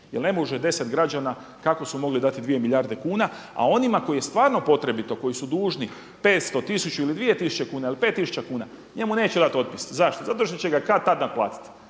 jel ne može deset građana kako su mogli dati dvije milijarde kuna, a onima kojima je stvarno potrebito koji su dužni petsto, tisuću ili dvije tisuće kuna ili pet tisuća kuna, njemu neće dati otpis. Zašto? Zato što će ga kad-tad naplatiti,